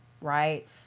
right